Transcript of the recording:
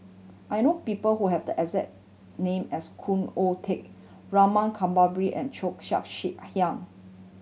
I know people who have the exact name as Khoo Oon Teik Rama Kanbabiran and Cheo Chia Hiang